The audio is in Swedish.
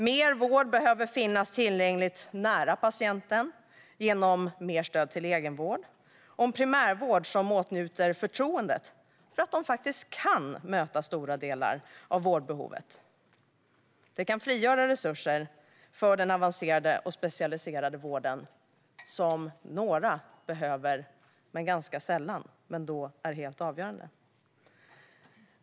Mer vård behöver finnas tillgänglig nära patienten genom mer stöd till egenvård och en primärvård som åtnjuter förtroende för att den kan möta stora delar av vårdbehovet. Det kan frigöra resurser för den avancerade och specialiserade vård som några behöver - den behövs ganska sällan, men då är den helt avgörande.